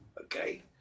okay